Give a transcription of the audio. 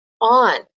on